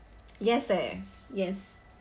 yes eh yes